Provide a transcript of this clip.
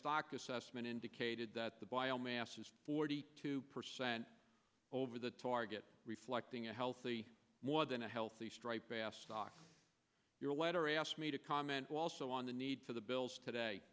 stock assessment indicated that the bio mass is forty two percent over the target reflecting a healthy more than a healthy striped bass stock your letter asked me to comment also on the need for the bills today